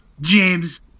james